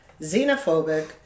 xenophobic